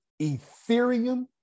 Ethereum